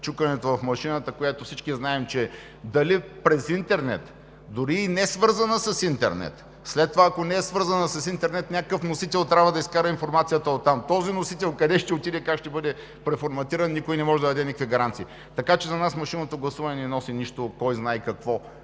чукането в машината, която всички знаем, че дали през интернет, дори и несвързана с интернет, след това, ако не е свързана с интернет, някакъв носител трябва да изкара информацията оттам, този носител къде ще отиде и как ще бъде преформатиран никой не може да даде никакви гаранции. За нас машинното гласуване не носи нищо кой знае какво